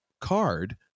card